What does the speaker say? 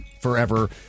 forever